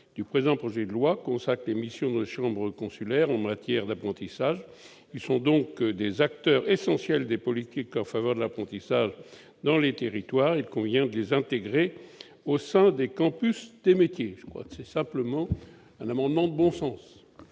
du présent projet de loi consacre les missions des chambres consulaires en matière d'apprentissage. Ces organismes sont donc des acteurs essentiels des politiques en faveur de l'apprentissage dans les territoires. Il convient de les intégrer au sein des campus des métiers. C'est donc un amendement de bon sens